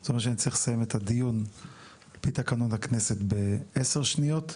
זה אומר שאני צריך לסיים את הדיון על פי תקנות הכנסת בעשר שניות.